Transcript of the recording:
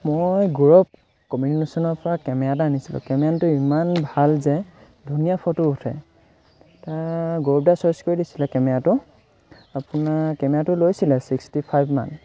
মই গৌৰৱ কমিউনিকেশ্যনৰপৰা কেমেৰা এটা আনিছিলোঁ কেমেৰাটো ইমান ভাল যে ধুনীয়া ফটো উঠে গৌৰৱ দাই চইচ কৰি দিছিলে কেমেৰাটো আপোনাৰ কেমেৰাটো লৈছিলে ছিক্সটি ফাইভমান